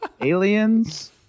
aliens